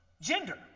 gender